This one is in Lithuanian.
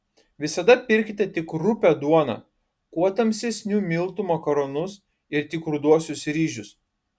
visada pirkite tik rupią duoną kuo tamsesnių miltų makaronus ir tik ruduosius ryžius